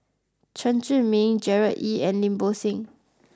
Chen Zhiming Gerard Ee and Lim Bo Seng